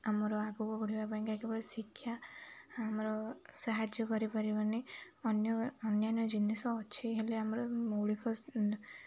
ଆମର ଆଗକୁ ବଢ଼ିବା ପାଇଁକା କେବଳ ଶିକ୍ଷା ଆମର ସାହାଯ୍ୟ କରିପାରିବନି ଅନ୍ୟ ଅନ୍ୟାନ୍ୟ ଜିନିଷ ଅଛି ହେଲେ ଆମର ମୌଳିକ